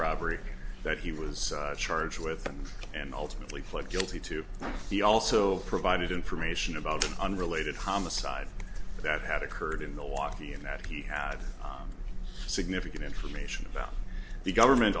robbery that he was charged with and ultimately pled guilty to he also provided information about an unrelated homicide that had occurred in the walkie and that he had significant information about the government